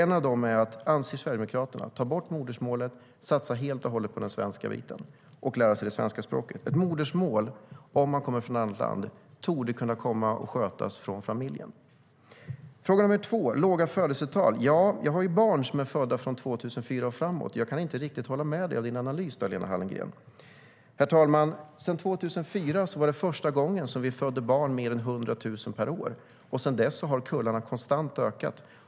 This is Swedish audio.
En av dem - och detta anser Sverigedemokraterna är bra - är att ta bort modersmålsundervisningen och att satsa helt och hållet på den svenska biten och att lära sig det svenska språket. Ett modersmål, om man kommer från ett annat land, torde kunna komma att skötas av familjen. Herr talman! Sedan 2004 var det i år första gången det föddes fler än 100 000 per år. Sedan dess har kullarna konstant ökat.